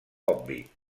obvi